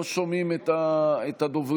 לא שומעים את הדוברים.